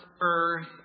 earth